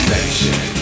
Nation